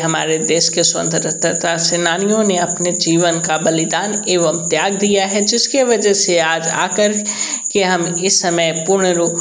हमारे देश के स्वतंत्रता सैनानियों ने अपने जीवन का बलिदान एवं त्याग दिया है जिसके वजह से आज आ कर के हम इस समय पूर्णरू